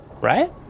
right